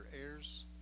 heirs